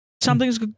Something's